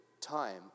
Time